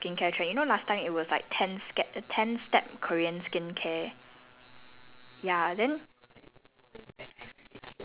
yes okay so right um now there's actually a skincare trend you know last time it was like ten step ten step korean skincare